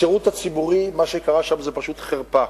בשירות הציבורי מה שקרה שם זה פשוט חרפה.